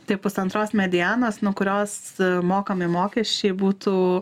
tai pusantros medianos nuo kurios mokami mokesčiai būtų